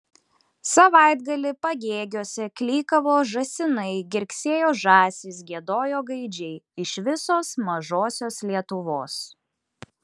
savaitgalį pagėgiuose klykavo žąsinai girgsėjo žąsys giedojo gaidžiai iš visos mažosios lietuvos